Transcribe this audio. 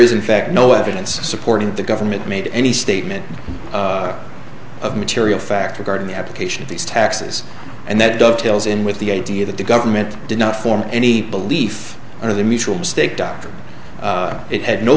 is in fact no evidence supporting the government made any statement of material fact regarding the application of these taxes and that go tales in with the idea that the government did not form any belief or the mutual mistake dr it had no